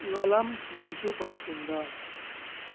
ఇవాళ మంచు పడుతుందా